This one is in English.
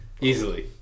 easily